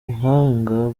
buhanga